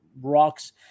rocks